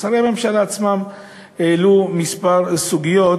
שרי הממשלה עצמם העלו כמה סוגיות,